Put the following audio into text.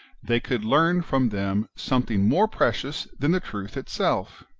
they could learn from them something more precious than the truth itself!